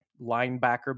linebacker